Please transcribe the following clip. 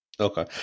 Okay